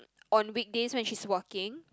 on weekdays when she's working